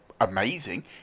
amazing